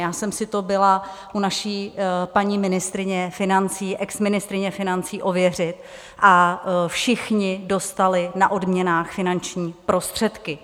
Já jsem si to byla u naší paní ministryně financí, exministryně financí, ověřit a všichni dostali na odměnách finanční prostředky.